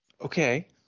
Okay